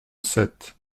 sept